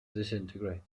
disintegrate